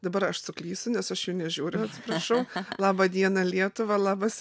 dabar aš suklysiu nes aš jų nežiūriu prašau laba diena lietuva labas